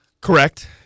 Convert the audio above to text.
Correct